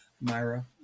Myra